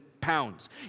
pounds